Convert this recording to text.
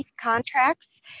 contracts